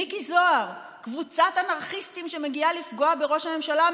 מיקי זוהר: קבוצת אנרכיסטים שמגיעה לפגוע בראש הממשלה,